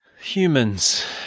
Humans